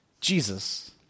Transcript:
Jesus